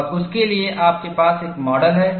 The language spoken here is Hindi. और उसके लिए आपके पास एक मॉडल है